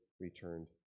returned